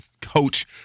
coach